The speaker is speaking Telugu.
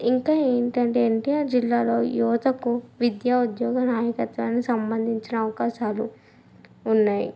ఇంకా ఏంటంటే ఎన్టీఆర్ ఆ జిల్లాలో యువతకు విద్య ఉద్యోగ నాయకత్వాన్ని సంబందించిన అవకాశాలు ఉన్నాయి